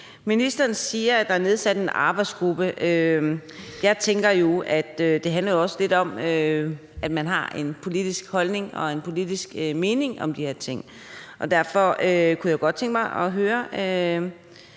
Ministeren siger, at der er nedsat en arbejdsgruppe. Men jeg tænker, at det jo også handler lidt om, at man har en politisk holdning og en politisk mening om de her ting. Og derfor kunne jeg godt tænke mig at høre